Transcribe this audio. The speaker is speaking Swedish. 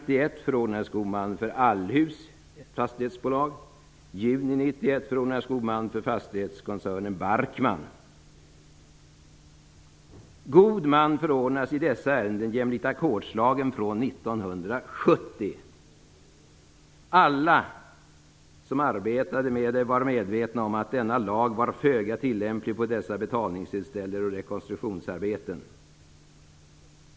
I maj God man förordnades i dessa ärenden jämlikt ackordslagen från 1970. Alla som arbetade med detta var medvetna om att denna lag var föga tillämplig på dessa betalningsinställelser och rekonstruktionsarbeten.